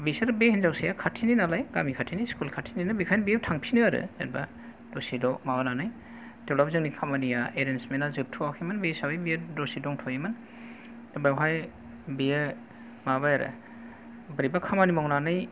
बिसोर बे हिन्जावसाया खाथिनि नालाय गामि खाथिनि स्कुल खाथिनिनो बेखायनो बेयाव थांफिननो आरो जेनबा दसेल' माबानानै थेवब्लाबो जोंनि खमानिया एरेन्जमेन्टा जोबथआखैमोन बे हिसाबै बेयो दसे दंथ'योमोन बेवहाय बेयो मावबाय आरो बोरैबा खामानि मावनानै